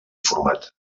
informat